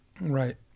right